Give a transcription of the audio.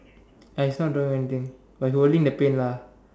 uh he is not drawing anything but he's holding the paint lah